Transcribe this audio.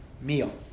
meal